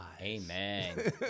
Amen